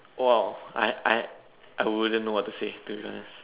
!wow! I I I wouldn't know what to say to be honest